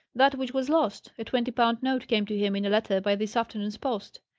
that which was lost. a twenty-pound note came to him in a letter by this afternoon's post.